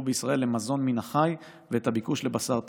בישראל למזון מן החי ואת הביקוש לבשר טרי,